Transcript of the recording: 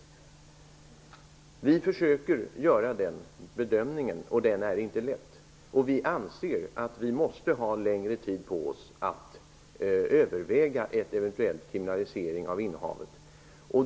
Vi försöker göra en bedömning, och det är inte lätt. Vi anser att vi måste ha längre tid på oss att överväga en eventuell kriminalisering av innehavet.